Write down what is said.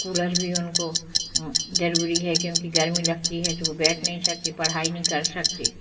तो कूलर भी उनको जरूरी है क्योंकि गर्मी लगती है तो वो बैठ नहीं सकते पढ़ाई नहीं कर सकते